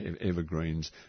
evergreens